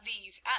leave